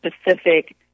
specific